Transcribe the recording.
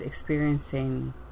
experiencing